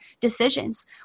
decisions